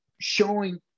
showing